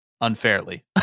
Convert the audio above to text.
unfairly